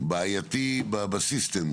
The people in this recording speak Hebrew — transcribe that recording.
שבעייתי בסיסטם,